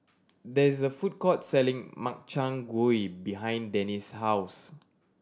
there is a food court selling Makchang Gui behind Denise's house